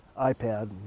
iPad